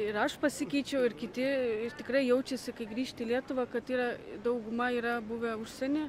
ir aš pasikeičiau ir kiti tikrai jaučiasi kai grįžti į lietuvą kad yra dauguma yra buvę užsieny